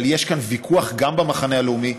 אבל יש כאן ויכוח גם במחנה הלאומי,